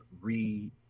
read